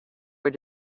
were